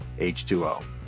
H2O